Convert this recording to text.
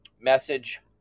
message